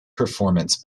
performance